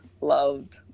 loved